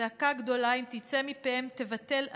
צעקה גדולה, אם תצא מפיהם, תבטל "אני"